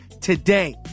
today